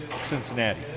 Cincinnati